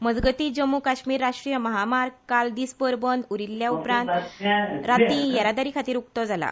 मजगतीं जम्मू कश्मीर राश्ट्रीय महामार्ग काल दिसभर बंद उरिल्ल्या उपरांत रातीं येरादारी खातीर उक्तो जाला